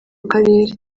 karere